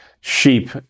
sheep